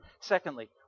Secondly